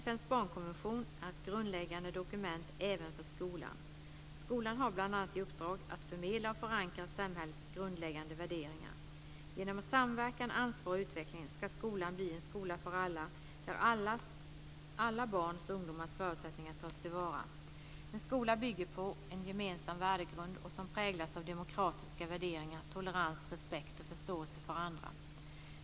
FN:s barnkonvention är ett grundläggande dokument även för skolan. Skolan har bl.a. i uppdrag att förmedla och förankra samhällets grundläggande värderingar. Genom samverkan, ansvar och utveckling ska skolan bli en skola för alla, där alla barns och ungdomars förutsättningar tas till vara. Det är en skola som bygger på en gemensam värdegrund och som präglas av demokratiska värderingar, tolerans, respekt och förståelse för andra.